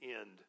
end